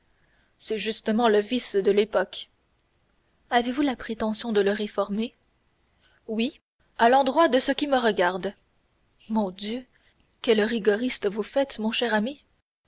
c'est justement le vice de l'époque avez-vous la prétention de le réformer oui à l'endroit de ce qui me regarde mon dieu quel rigoriste vous faites mon cher ami